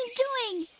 doing?